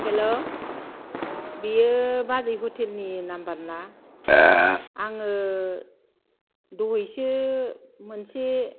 hello बियो बाजै हटेलनि नाम्बार ना आङो दहैसो मोनसे